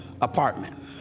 apartment